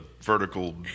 vertical